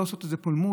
לא לעשות מזה פולמוס,